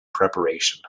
preparation